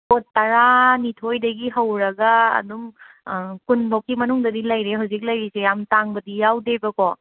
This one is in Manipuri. ꯑꯣ ꯇꯔꯥꯅꯤꯊꯣꯏꯗꯒꯤ ꯍꯧꯔꯒ ꯑꯗꯨꯝ ꯀꯨꯟꯐꯧꯀꯤ ꯃꯅꯨꯡꯗꯗꯤ ꯂꯩꯔꯦ ꯍꯧꯖꯤꯛ ꯂꯩꯔꯤꯁꯦ ꯌꯥꯝꯅ ꯇꯥꯡꯕꯗꯤ ꯌꯥꯎꯗꯦꯕꯀꯣ